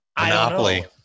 Monopoly